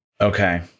Okay